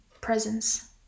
presence